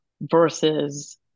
versus